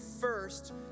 first